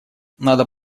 надо